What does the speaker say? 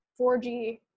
4G